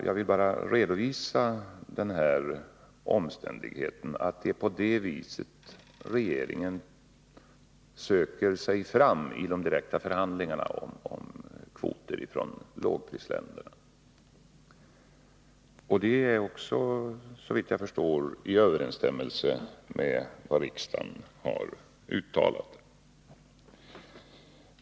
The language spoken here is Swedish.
Jag vill bara redovisa att det är på detta sätt regeringen söker sig fram i de direkta förhandlingarna om kvoter från lågprisländerna. Det är också, såvitt jag förstår, i överensstämmelse med vad riksdagen har uttalat.